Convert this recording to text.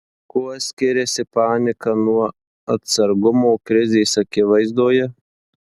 kuo skiriasi panika nuo atsargumo krizės akivaizdoje